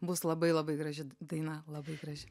bus labai labai graži daina labai graži